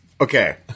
Okay